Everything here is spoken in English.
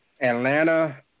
Atlanta